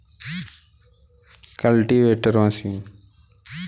खरपतवार को रोकने के लिए कौन सी मशीन अधिक उपयोगी है?